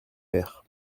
maire